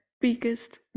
biggest